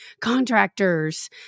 contractors